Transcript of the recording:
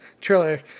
trailer